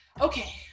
Okay